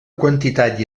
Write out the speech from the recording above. quantitat